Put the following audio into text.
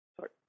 Sorry